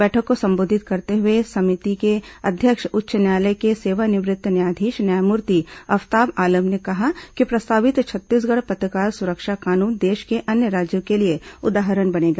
बैठक को संबोधित करते हुए समिति के अध्यक्ष उच्च न्यायालय के सेवानिवृत्त न्यायाधीश न्यायमूर्ति अफताब आलम ने कहा कि प्रस्तावित छत्तीसगढ़ पत्रकार सुरक्षा कानून देश के अन्य राज्यों के लिए उदाहरण बनेगा